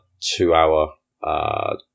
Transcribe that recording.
two-hour